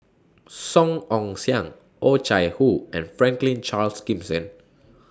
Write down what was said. Song Ong Siang Oh Chai Hoo and Franklin Charles Gimson